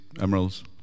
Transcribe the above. emeralds